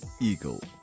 Eagle